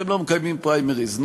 אתם לא מקיימים פריימריז.